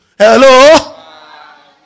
Hello